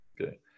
okay